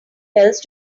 else